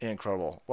Incredible